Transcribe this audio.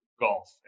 golf